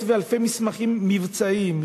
מאות ואלפי מסמכים מבצעיים,